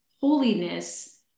Holiness